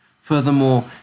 Furthermore